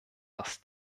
dass